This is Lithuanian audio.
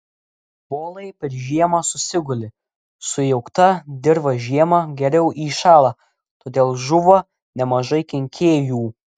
volai per žiemą susiguli sujaukta dirva žiemą geriau įšąla todėl žūva nemažai kenkėjų